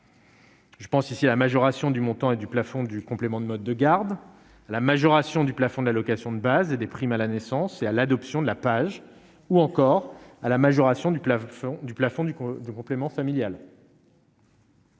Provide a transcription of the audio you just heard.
Je pense ici la majoration du montant et du plafond du complément de mode de garde, la majoration du plafond de l'allocation de base et des primes à la naissance et à l'adoption de la page ou encore à la majoration du plafond du plafond du du complément familial.